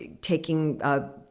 taking